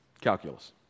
Calculus